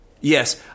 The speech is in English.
Yes